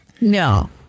No